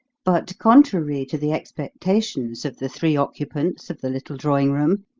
but, contrary to the expectations of the three occupants of the little drawing-room,